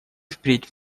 впредь